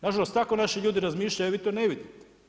Nažalost tako naši ljudi razmišljaju, a vi to ne vidite.